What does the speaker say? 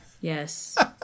yes